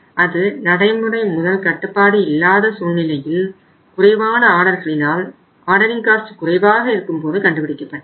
அது நடைமுறை முதல் கட்டுப்பாடு இல்லாத சூழ்நிலையில் குறைவான ஆர்டர்களினால் ஆர்டரிங் காஸ்ட் குறைவாக இருக்கும்போது கண்டுபிடிக்கப்பட்டது